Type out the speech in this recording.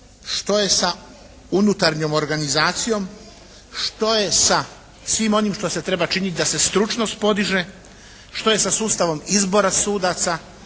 Što je sa unutarnjom organizacijom, što je sa svim onim što se treba činit da se stručnost podiže? Što je sa sustavom izbora sudaca,